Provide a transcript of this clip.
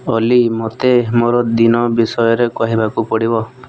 ଅଲି ମୋତେ ମୋର ଦିନ ବିଷୟରେ କହିବାକୁ ପଡ଼ିବ